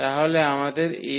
তাহলে আমাদের 𝐴 𝜆𝐼 আছে